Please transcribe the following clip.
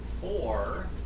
Four